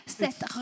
cette